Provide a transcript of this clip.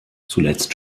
zuletzt